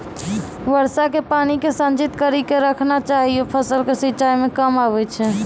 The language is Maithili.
वर्षा के पानी के संचित कड़ी के रखना चाहियौ फ़सल के सिंचाई मे काम आबै छै?